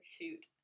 shoot